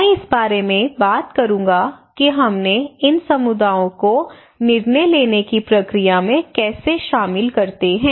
मैं इस बारे में बात करूंगा कि हमने इन समुदायों को निर्णय लेने की प्रक्रिया में कैसे शामिल करते हैं